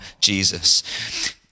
Jesus